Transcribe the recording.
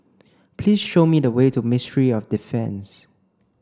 please show me the way to Ministry of Defence